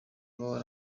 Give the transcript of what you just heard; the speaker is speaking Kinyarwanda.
waba